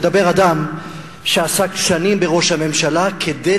מדבר אדם שעסק שנים בראש הממשלה כדי